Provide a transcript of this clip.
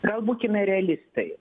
gal būkime realistai